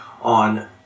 on